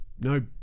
no